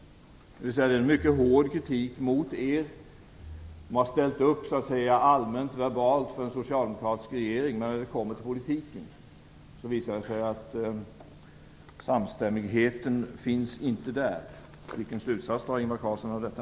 Detta är en mycket hård kritik mot er som allmänt och verbalt har ställt upp för en socialdemokratisk regering. När det kommer till politiken visar det sig att samstämmigheten inte finns där. Vilken slutsats drar Ingvar Carlsson av detta?